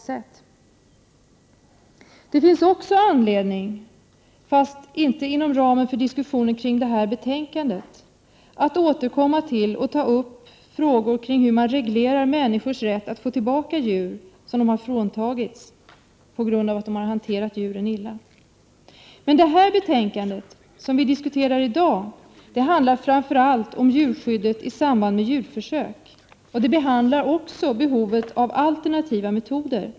43 Det finns också anledning, fast inte inom ramen för diskussionen kring detta betänkande, att återkomma till frågan om hur man reglerar människors rätt att få tillbaka djur de har fråntagits på grund av att de har hanterat djuren illa. Det betänkande vi diskuterar i dag handlar framför allt om djurskyddet i samband med djurförsök och behovet av alternativa metoder.